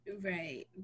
right